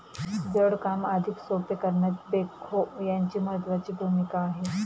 जड काम अधिक सोपे करण्यात बेक्हो यांची महत्त्वाची भूमिका आहे